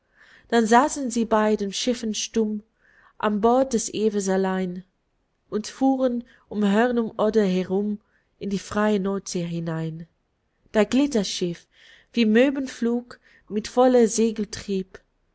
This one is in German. dann saßen sie bei den schiffern stumm an bord des evers allein und fuhren um hörnum odde herum in die freie nordsee hinein da glitt das schiff wie mövenflug mit voller segel